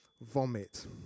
vomit